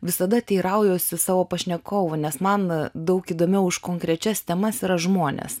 visada teiraujuosi savo pašnekovų nes man daug įdomiau už konkrečias temas yra žmonės